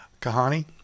Kahani